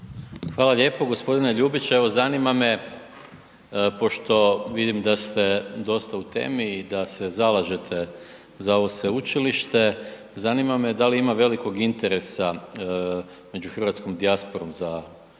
Hvala lijepo. G. Ljubić, evo zanima me pošto vidim da ste dosta u temi i da se zalažete za ovo Sveučilište, zanima me da li ima velikog interesa među hrvatskom dijasporom za polazak